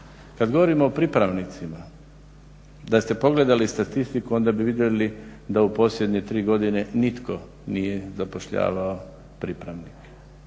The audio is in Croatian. Kad govorimo o pripravnicima, da ste pogledali statistiku onda bi vidjeli da u posljednje 3 godine nitko nije zapošljavao pripravnike.